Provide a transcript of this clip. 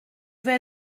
veux